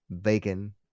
bacon